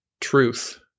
truth